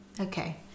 Okay